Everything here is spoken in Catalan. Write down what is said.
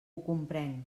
comprenc